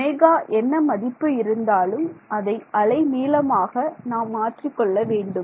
ω என்ன மதிப்பு இருந்தாலும் அதை அலை நீளமாக நாம் மாற்றிக் கொள்ள வேண்டும்